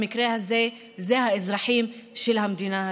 במקרה הזה זה האזרחים של המדינה הזאת,